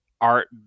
art